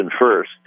first